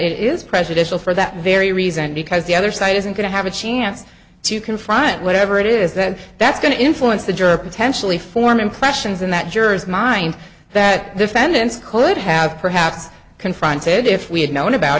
it is prejudicial for that very reason because the other side isn't going to have a chance to confront whatever it is that that's going to influence the juror potentially form impressions and that juror's mind that defendants could have perhaps confronted if we had known about